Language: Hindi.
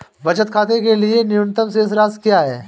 बचत खाते के लिए न्यूनतम शेष राशि क्या है?